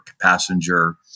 passenger